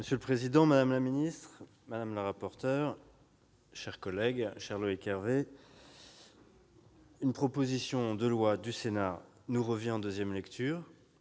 Monsieur le président, madame la ministre, mes chers collègues- cher Loïc Hervé -, une proposition de loi du Sénat nous revient en deuxième lecture.